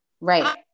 right